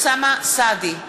אוסאמה סעדי,